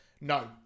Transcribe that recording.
No